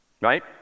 Right